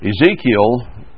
Ezekiel